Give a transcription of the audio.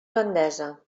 gandesa